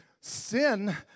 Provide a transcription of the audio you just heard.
sin